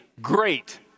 great